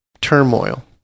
turmoil